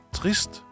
trist